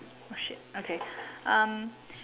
oh shit okay um